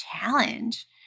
challenge